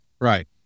right